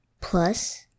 Plus